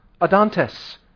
Adantes